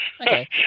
Okay